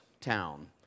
town